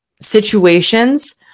situations